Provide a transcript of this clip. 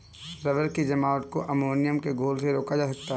rubber की जमावट को अमोनिया के घोल से रोका जा सकता है